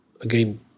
again